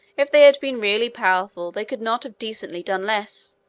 if they had been really powerful, they could not have decently done less,